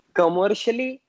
commercially